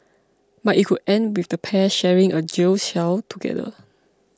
but it could end with the pair sharing a jail cell together